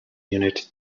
unit